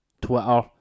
Twitter